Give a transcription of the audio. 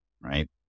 Right